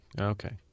Okay